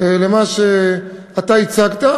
למה שאתה הצגת.